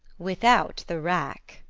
without the rack.